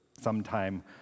sometime